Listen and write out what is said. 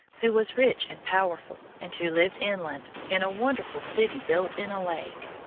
who was rich and powerful, and who lived inland, in a wonderful city built in a lake.